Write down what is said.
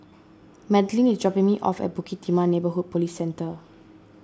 Madlyn is dropping me off at Bukit Timah Neighbourhood Police Centre